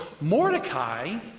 Mordecai